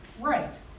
right